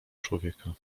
człowieka